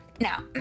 Now